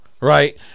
Right